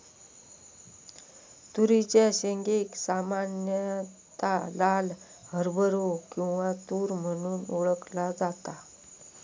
तुरीच्या शेंगेक सामान्यता लाल हरभरो किंवा तुर म्हणून ओळखला जाता